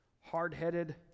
hard-headed